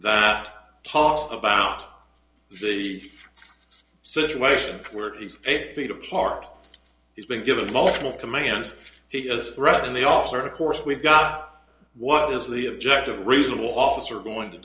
that talk about the situation where he's eight feet apart he's been given multiple commands he has threatened the officer of course we've got what is the objective reasonable officer going to